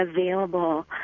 available